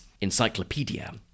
encyclopedia